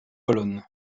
colonnes